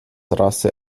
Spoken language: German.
rasse